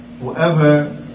Whoever